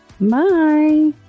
Bye